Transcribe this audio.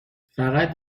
فقط